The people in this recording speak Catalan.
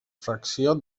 fracció